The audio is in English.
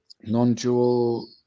non-dual